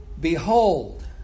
Behold